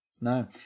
No